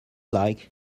like